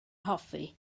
hoffi